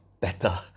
better